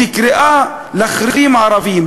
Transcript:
כי קריאה להחרים ערבים,